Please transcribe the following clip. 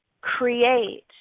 create